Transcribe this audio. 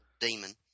Demon